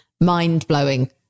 mind-blowing